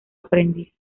aprendiz